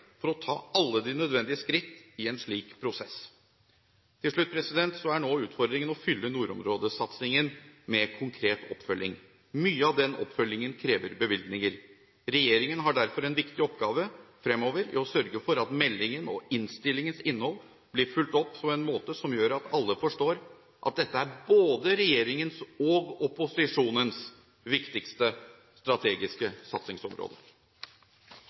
for å ta alle de nødvendige skritt i en slik prosess. Til slutt: Nå er utfordringen å fylle nordområdesatsingen med konkret oppfølging. Mye av den oppfølgingen krever bevilgninger. Regjeringen har derfor en viktig oppgave fremover i å sørge for at meldingen og innstillingens innhold blir fulgt opp på en måte som gjør at alle forstår at dette er både regjeringens og opposisjonens viktigste strategiske satsingsområde.